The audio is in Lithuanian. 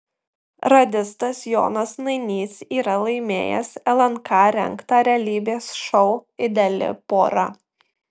radistas jonas nainys yra laimėjęs lnk rengtą realybės šou ideali pora